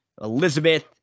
Elizabeth